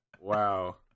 Wow